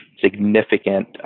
significant